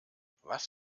was